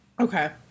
Okay